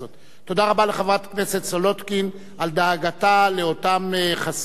תודה רבה לחברת הכנסת סולודקין על דאגתה לאותם מוגבלים,